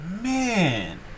man